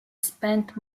spent